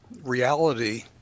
reality